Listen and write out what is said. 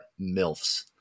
milfs